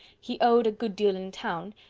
he owed a good deal in town,